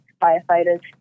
firefighters